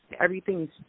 everything's